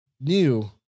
new